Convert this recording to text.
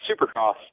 Supercross